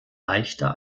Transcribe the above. leichter